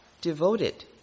devoted